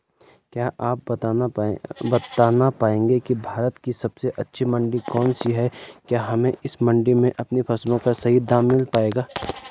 क्या आप बताना पाएंगे कि भारत की सबसे अच्छी मंडी कौन सी है क्या हमें इस मंडी में अपनी फसलों का सही दाम मिल पायेगा?